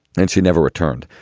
and she never returned.